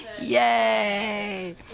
Yay